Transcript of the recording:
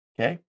okay